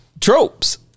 Tropes